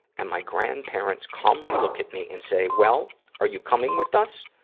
and my grandparents calmly look at me and say, well, are you coming with us?